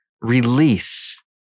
release